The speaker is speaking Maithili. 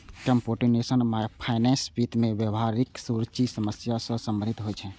कंप्यूटेशनल फाइनेंस वित्त मे व्यावहारिक रुचिक समस्या सं संबंधित होइ छै